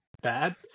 bad